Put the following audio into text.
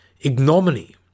ignominy